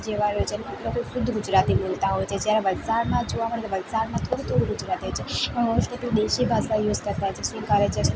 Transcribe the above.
જેવા હોય છે મતલબ શુદ્ધ ગુજરાતી બોલતા હોય છે જ્યારે વલસાડમાં જોવા મળે છે વલસાડમાં થોડું થોડું ગુજરાતી હોય છે પણ મોસ્ટ ઓફલી દેશી ભાષા યુઝ કરતાં હોય છે શું કરે ખાય છે